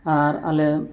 ᱟᱨ ᱟᱞᱮ